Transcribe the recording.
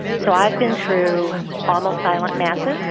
so i've been through almost-silent masses,